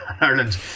Ireland